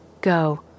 Go